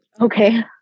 Okay